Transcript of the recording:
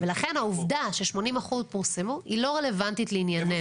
ולכן העובדה ש-80% פורסמו היא לא רלוונטית לענייננו.